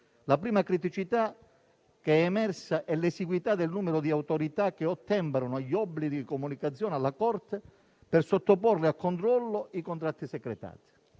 La prima criticità emersa e l'esiguità del numero di autorità che ottemperano agli obblighi di comunicazione alla Corte per sottoporre a controllo i contratti secretati.